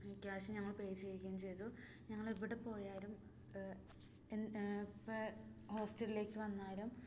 cash ഞങ്ങൾ pay ചെയ്യുകയും ചെയ്തു ഞങ്ങൾ എവിടെപ്പോയാലും എന്ത് ഇപ്പം ഹോസ്റ്റലിലേക്ക് വന്നാലും